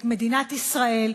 את מדינת ישראל,